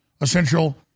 essential